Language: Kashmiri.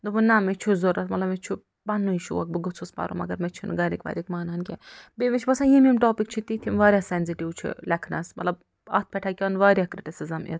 دوٚپُن نہ مےٚ چھُنہٕ ضروٗرت مطلب مےٚ چھُ پَننُے شوق بہٕ گوٚژھس پَرُن مَگر مےٚ چھِنہٕ گھرِکۍ وَرِکۍ مانان کیٚنٛہہ بیٚیہِ مےٚ چھُ باسان یِم یِم ٹواپِک چھِ تِتھۍ یِم واریاہ سیٚنزِٹِو چھِ لیٚکھنَس مطلب اَتھ پٮ۪ٹھ ہیٚکَن واریاہ کرٛٹِسٕزٕم یِتھ